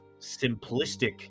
simplistic